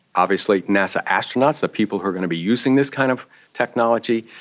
obviously nasa astronauts, the people who are going to be using this kind of technology,